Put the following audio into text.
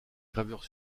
gravure